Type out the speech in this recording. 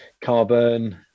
carbon